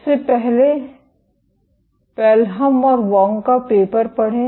सबसे पहले पेलहम और वांग का पेपर पढ़ें